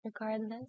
Regardless